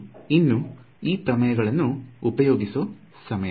ಇನ್ನು ಈ ಪ್ರಮೇಯಗಳನ್ನು ಉಪಯೋಗಿಸುವ ಸಮಯ